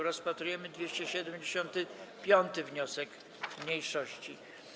Rozpatrujemy 275. wniosek mniejszości.